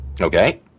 Okay